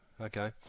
Okay